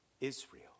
Israel